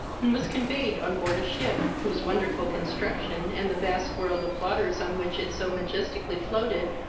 and was conveyed on board a ship, whose wonderful construction, and the vast world of waters on which it so majestically floated,